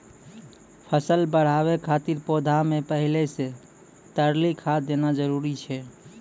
फसल बढ़ाबै खातिर पौधा मे पहिले से तरली खाद देना जरूरी छै?